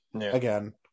again